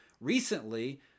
recently